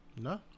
No